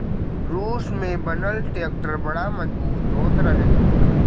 रूस में बनल ट्रैक्टर बड़ा मजबूत होत रहल